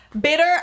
Bitter